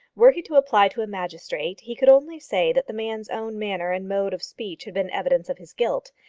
were he to apply to a magistrate, he could only say that the man's own manner and mode of speech had been evidence of his guilt.